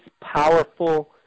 powerful